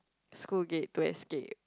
school gate to escape